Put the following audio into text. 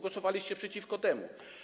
Głosowaliście przeciwko temu.